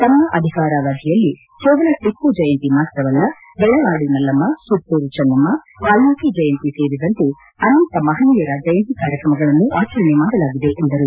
ತಮ್ಮ ಅಧಿಕಾರಾವಧಿಯಲ್ಲಿ ಟಪ್ಪು ಜಯಂತಿ ಮಾತ್ರವಲ್ಲ ಬೆಳವಾಡಿಮಲ್ಲಮ್ಮ ಕಿತ್ತೂರು ಚೆನ್ನಮ್ಮ ವಾಲ್ನೀಕಿ ಜಯಂತಿ ಸೇರಿದಂತೆ ಅನೇಕ ಮಹನೀಯರ ಜಯಂತಿ ಕಾರ್ಯಕ್ರಮಗಳನ್ನು ಆಚರಣೆ ಮಾಡಲಾಗಿದೆ ಎಂದರು